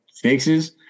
fixes